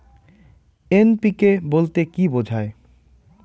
NPK বলতে কী বোঝায়?